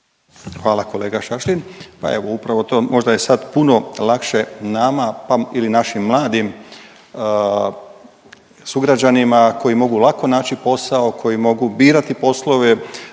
evo, upravo to, možda je sad puno lakše nama ili našim mladim sugrađanima koji mogu lako naći posao, koji mogu birati poslove,